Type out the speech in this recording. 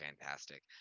fantastic